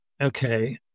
okay